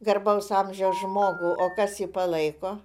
garbaus amžiaus žmogų o kas jį palaiko